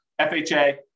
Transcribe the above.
FHA